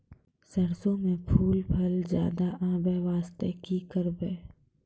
सरसों म फूल फल ज्यादा आबै बास्ते कि करबै?